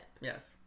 Yes